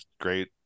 Great